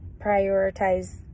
prioritize